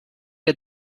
der